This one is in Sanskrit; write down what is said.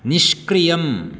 निष्क्रियम्